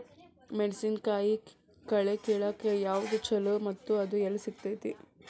ಮೆಣಸಿನಕಾಯಿ ಕಳೆ ಕಿಳಾಕ್ ಯಾವ್ದು ಛಲೋ ಮತ್ತು ಅದು ಎಲ್ಲಿ ಸಿಗತೇತಿ?